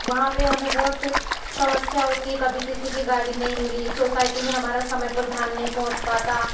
वहाँ पे हमे बहुत समस्या होती कभी किसी गाड़ी नहीं मिली सोसायटी में हमारा समय प्राधान नहीं पहुँच पाता